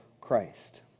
christ